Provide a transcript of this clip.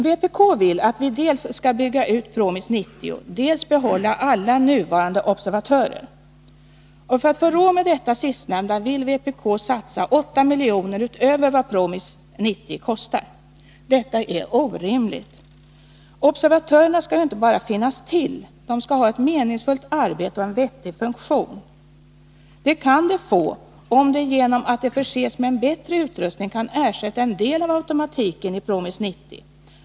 Vpk vill att vi skall dels bygga ut PROMIS 90, dels behålla alla nuvarande observatörer. Och för att få råd med detta vill vpk satsa 8 milj.kr. utöver vad PROMIS 90 kostar. Detta är orimligt. Observatörerna skall ju inte bara finnas till, utan de skall ha ett meningsfullt arbete och en vettig funktion. Det kan de få om de genom att de förses med en bättre utrustning kan ersätta en del av automatiken i PROMIS 90.